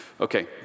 Okay